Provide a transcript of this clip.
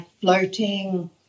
floating